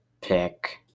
pick